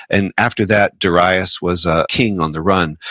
and after that, darius was a king on the run,